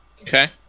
Okay